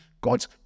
God's